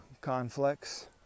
conflicts